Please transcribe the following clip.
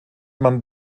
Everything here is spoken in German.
man